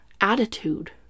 attitude